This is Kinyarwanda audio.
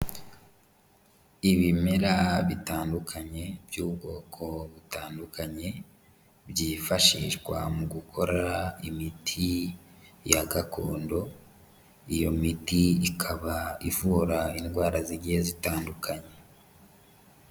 Ibimera bitandukanye by'ubwoko butandukanye byifashishwa mu gukora imiti ya gakondo, iyo miti ikaba ivura indwara zigiye zitandukanye.